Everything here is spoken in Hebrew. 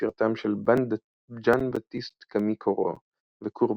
יצירתם של ז'אן-בטיסט קאמי קורו וקורבה,